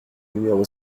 numéro